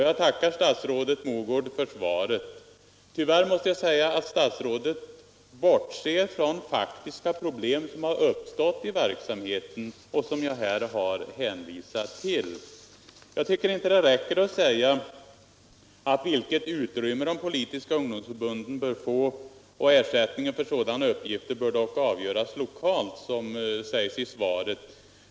Jag tackar statsrådet Mogård för svaret. Tyvärr måste jag säga att statsrådet bortser från problem som uppstått i verksamheten och som jag här har hänvisat till. Jag tycker inte det räcker med att säga att man lokalt bör avgöra vilket utrymme de politiska ungdomsförbunden bör få och vilken ersättning som bör utgå.